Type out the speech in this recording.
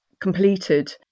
completed